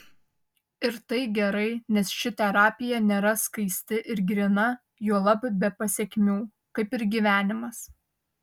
ir tai gerai nes ši terapija nėra skaisti ir gryna juolab be pasekmių kaip ir gyvenimas